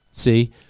See